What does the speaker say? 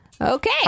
Okay